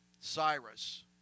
Cyrus